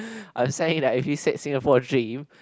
I'll sign it like if you said Singapore dream